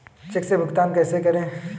Check से भुगतान कैसे करें?